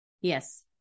Yes